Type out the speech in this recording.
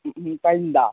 ம்ஹூ பையன்தா